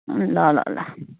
ल ल ल